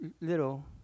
little